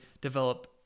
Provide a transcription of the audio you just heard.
develop